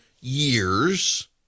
years